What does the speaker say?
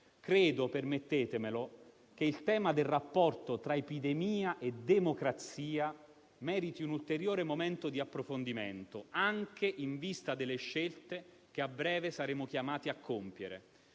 Credo - permettetemelo - che il tema del rapporto tra epidemia e democrazia meriti un ulteriore momento di approfondimento, anche in vista delle scelte che a breve saremo chiamati a compiere.